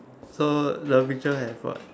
so the picture has what